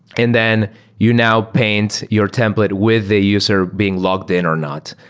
and then you now paint your template with a user being logged in or not.